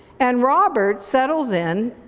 and robert settles in,